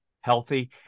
healthy